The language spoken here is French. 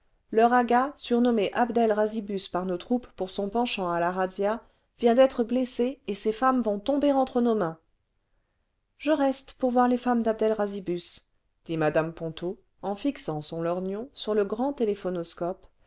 abd el razibus par nos troupes pour son penchant à la razzia vient d'être blessé et ses femmes vont tomber entre nos mains je reste pour voir les femmes dabd el razibus dit mme ponto en fixant son lorgnon sur le grand téléphonoscope